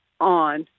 on